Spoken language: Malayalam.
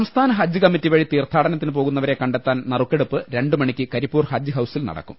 സംസ്ഥാന ഹജ്ജ് കമ്മിറ്റി വഴി തീർഥാടനത്തിന് പോകുന്നവരെ കണ്ടെത്താൻ നറുക്കെടുപ്പ് രണ്ടുമണിക്ക് കരിപ്പൂർ ഹജ്ജ് ഹൌസിൽ നടക്കും